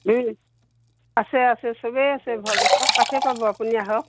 আছে আছে চবেই আছে ভাল গছৰ চব কাঠেই পাব আপুনি আহক